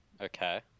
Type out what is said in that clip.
Okay